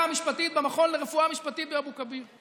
המשפטית במכון לרפואה משפטית באבו כביר.